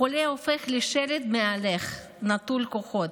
החולה הופך לשלד מהלך נטול כוחות.